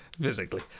Physically